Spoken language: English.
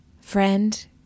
Friend